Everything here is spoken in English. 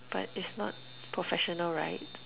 but it's not professional right